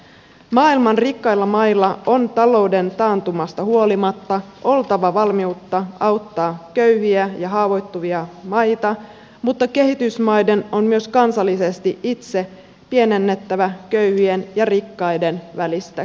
maailman rikkailla mailla on talouden taantumasta huolimatta oltava valmiutta auttaa köyhiä ja haavoittuvia maita mutta kehitysmaiden on myös kansallisesti itse pienennettävä köyhien ja rikkaiden välistä kuilua